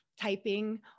typing